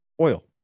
oil